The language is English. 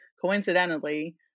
coincidentally